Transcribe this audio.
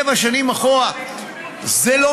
שבע שנים אחורה, זה מה שביקשו ממני.